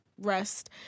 rest